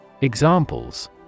Examples